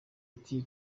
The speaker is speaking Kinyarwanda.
ati